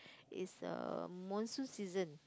is uh monsoon season